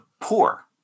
poor